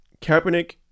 Kaepernick